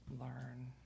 learn